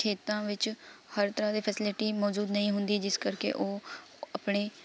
ਖੇਤਾਂ ਵਿੱਚ ਹਰ ਤਰ੍ਹਾਂ ਦੀ ਫੈਸੀਲੀਟੀ ਮੌਜੂਦ ਨਹੀਂ ਹੁੰਦੀ ਜਿਸ ਕਰਕੇ ਉਹ ਆਪਣੇ